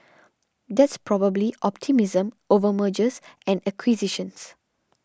that's probably optimism over mergers and acquisitions